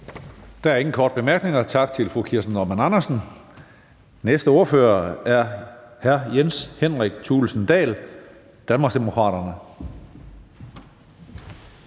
Der er ingen korte bemærkninger. Tak til fru Kirsten Normann Andersen. Næste ordfører er hr. Jens Henrik Thulesen Dahl, Danmarksdemokraterne.